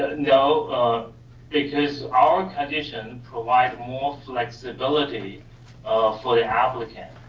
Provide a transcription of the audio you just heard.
no because our condition provide more flexibility for the applicant.